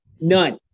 None